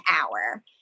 hour